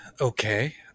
Okay